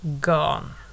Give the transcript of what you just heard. gone